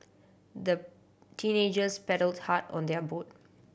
the teenagers paddled hard on their boat